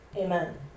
Amen